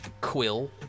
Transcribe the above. quill